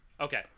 Okay